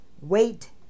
wait